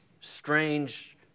strange